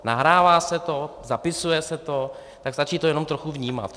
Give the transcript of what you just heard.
Nahrává se to, zapisuje se to, tak stačí to jenom trochu vnímat.